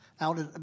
out